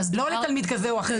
לא לתלמיד זה או אחר.